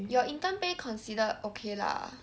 your intern pay considered okay lah